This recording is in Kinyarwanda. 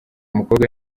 mukobwa